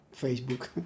Facebook